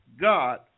God